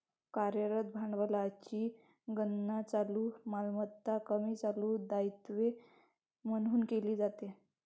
कार्यरत भांडवलाची गणना चालू मालमत्ता कमी चालू दायित्वे म्हणून केली जाते